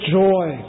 joy